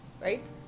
Right